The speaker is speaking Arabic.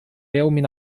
يوم